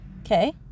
okay